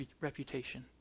reputation